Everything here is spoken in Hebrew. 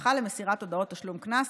הסמכה למסירת הודעת תשלום קנס,